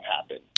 happen